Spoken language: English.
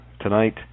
tonight